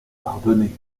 pardonner